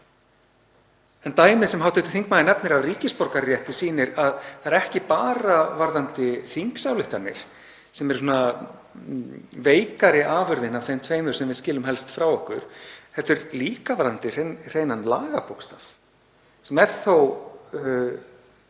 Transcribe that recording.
En dæmið sem hv. þingmaður nefnir um ríkisborgararétt sýnir að þetta gerist ekki bara varðandi þingsályktanir, sem er svona veikari afurðin af þeim tveimur sem við skilum helst frá okkur, heldur líka varðandi hreinan lagabókstaf sem er þó